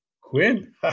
Quinn